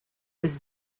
was